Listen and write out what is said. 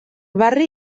barri